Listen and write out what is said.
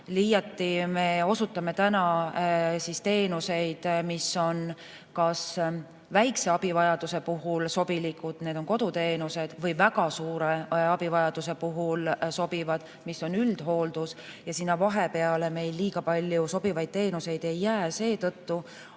Täna me osutame teenuseid, mis on väikse abivajaduse puhul sobivad, need on koduteenused, või väga suure abivajaduse puhul sobivad, mis on üldhooldus, aga sinna vahepeale meil liiga palju sobivaid teenuseid ei jää. Seetõttu